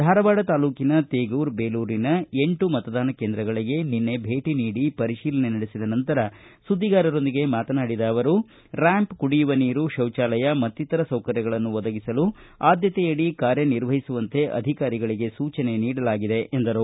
ಧಾರವಾಡ ತಾಲ್ಲೂಕಿನ ತೇಗೂರ ಬೇಲೂರಿನ ಎಂಟು ಮತದಾನ ಕೇಂದ್ರಗಳಿಗೆ ಭೇಟಿ ನೀಡಿ ಪರೀಶಿಲನೆ ನಡೆಸಿದ ನಂತರ ಸುದ್ದಿಗಾರರೊಂದಿಗೆ ಮಾತನಾಡಿದ ಅವರು ರ್ಯಾಂಪ್ ಕುಡಿಯುವ ನೀರು ಶೌಚಾಲಯ ಮತ್ತಿತರ ಸೌಕರ್ಯಗಳನ್ನು ಒದಗಿಸಲು ಆದ್ಯಕೆಯಡಿ ಕಾರ್ಯನಿರ್ವಹಿಸುವಂತೆ ಅಧಿಕಾರಿಗಳಿಗೆ ಸೂಚನೆ ನೀಡಲಾಗಿದೆ ಎಂದರು